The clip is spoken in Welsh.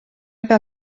fel